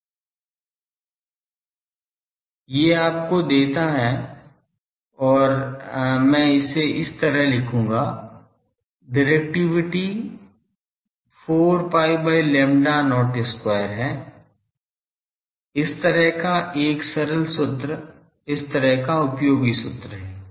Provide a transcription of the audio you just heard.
ये आपको देता है और मैं इसे इस तरह लिखूंगा directivity 4 pi by lambda not square है इस तरह का एक सरल सूत्र इस तरह का उपयोगी सूत्र है